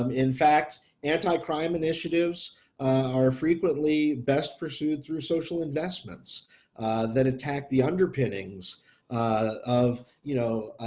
um in fact, anti-crime initiatives are frequently best pursued through social investments that attack the underpinnings of, you know,